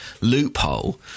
loophole